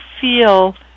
feel